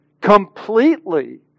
completely